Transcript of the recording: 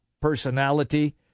personality